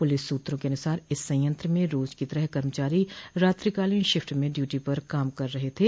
police सूत्रों के अनुसार इस संयंत्र में रोज की तरह कर्मचारी रात्रिकालीन शिफ्ट में ड्यूटी पर काम कर रहे थे